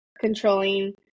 controlling